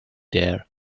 there